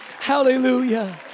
Hallelujah